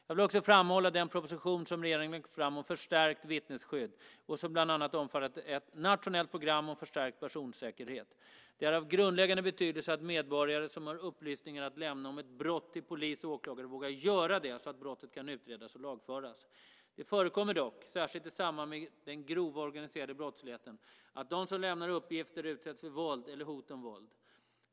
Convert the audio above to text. Jag vill också framhålla den proposition som regeringen lagt fram om förstärkt vittnesskydd som bland annat omfattar ett nationellt program om förstärkt personsäkerhet. Det är av grundläggande betydelse att medborgare som har upplysningar att lämna om ett brott till polis och åklagare vågar göra det så att brottet kan utredas och lagföras. Det förekommer dock, särskilt i samband med den grova organiserade brottsligheten, att de som lämnar uppgifter utsätts för våld eller hot om våld.